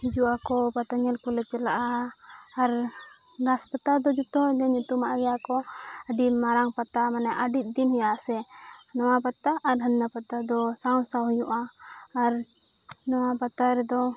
ᱦᱤᱡᱩᱜ ᱟᱠᱚ ᱯᱟᱛᱟ ᱧᱮᱞ ᱠᱚᱞᱮ ᱪᱟᱞᱟᱜᱼᱟ ᱟᱨ ᱨᱟᱥ ᱯᱟᱛᱟ ᱫᱚ ᱡᱚᱛᱚ ᱦᱚᱲᱜᱮ ᱧᱩᱛᱩᱢᱟᱜ ᱜᱮᱭᱟ ᱠᱚ ᱟᱹᱰᱤ ᱢᱟᱨᱟᱝ ᱯᱟᱛᱟ ᱢᱟᱱᱮ ᱟᱹᱰᱤ ᱫᱤᱱ ᱦᱩᱭᱩᱜᱼᱟ ᱥᱮ ᱱᱚᱣᱟ ᱯᱟᱛᱟ ᱟᱨ ᱦᱟᱱᱟ ᱯᱟᱛᱟ ᱫᱚ ᱥᱟᱶᱼᱥᱟᱶ ᱦᱩᱭᱩᱜᱼᱟ ᱟᱨ ᱱᱚᱣᱟ ᱯᱟᱛᱟ ᱨᱮᱫᱚ